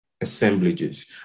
assemblages